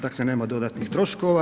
Dakle, nema dodatnih troškova.